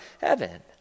heaven